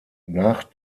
nach